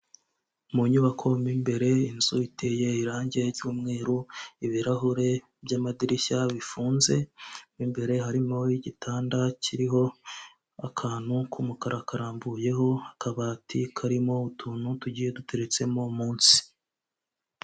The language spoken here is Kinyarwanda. Mu nyubako imbere inzu iteye irangi icyumweru ibirahure by'amadirishya bifunze imbere harimoigitanda kiriho akantu k'umukara karambuyeho, akabati karimo utuntu tugiye duteretsemo munsi.